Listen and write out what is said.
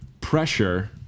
pressure